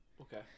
Okay